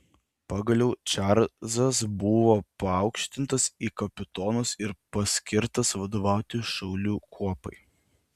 pagaliau čarlzas buvo paaukštintas į kapitonus ir paskirtas vadovauti šaulių kuopai